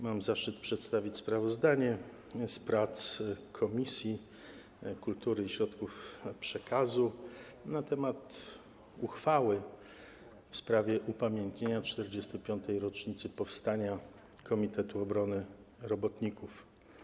Mam zaszczyt przedstawić sprawozdanie z prac Komisji Kultury i Środków Przekazu nt. uchwały w sprawie upamiętnienia 45. rocznicy powstania Komitetu Obrony Robotników.